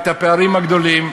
את הפערים הגדולים.